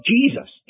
Jesus